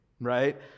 right